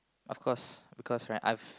of course because right I've